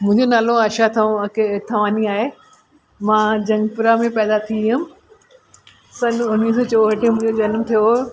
मुंहिंजो नालो आशा थवांके थवानी आहे मां जंगपुरा में पैदा थी हुअमि सन उणिवीह सौ चोहठि में मुंहिंजो जनम थियो हुओ